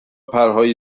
پرهای